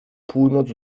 północ